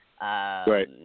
Right